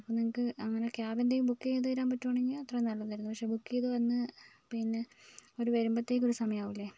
അപ്പം നിങ്ങൾക്ക് അങ്ങനെ ക്യാമ്പിൻ്റെ ബുക്ക് ചെയ്ത് തരാൻ പറ്റുവാണെങ്കിൽ അത്രേം നല്ലതായിരുന്നു പക്ഷെ ബുക്ക് ചെയ്ത് വന്ന് പിന്നെ അവർ വരുബോഴ്ത്തേക്ക് ഒരു സമയകുമല്ലേ